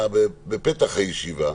בפתח הישיבה.